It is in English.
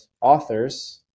authors